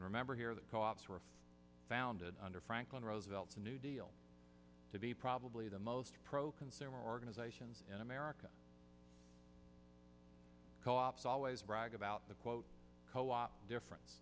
remember here that co ops were founded under franklin roosevelt's new deal to be probably the most pro consumer organizations in america co ops always brag about the quote co op differen